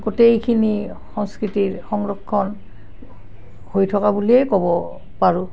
গোটেইখিনি সংস্কৃতিৰ সংৰক্ষণ হৈ থকা বুলিয়েই ক'ব পাৰোঁ